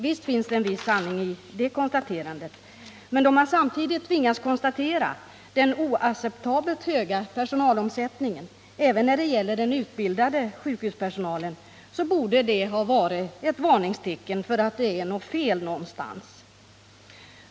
Visst finns det en viss sanning i det konstaterandet, men då man samtidigt tvingats konstatera den oacceptabelt höga personalomsättningen även när det gäller den utbildade sjukhuspersonalen, så borde det ha varit ett varningstecken, ett tecken på att det är fel någonstans.